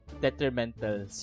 detrimental